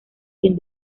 sin